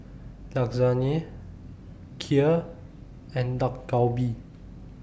Lasagne Kheer and Dak Galbi